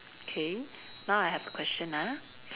K now I have a question ah